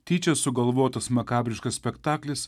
tyčia sugalvotas makabriškas spektaklis